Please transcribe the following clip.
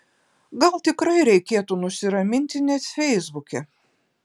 gal tikrai reikėtų nusiraminti net feisbuke